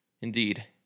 Indeed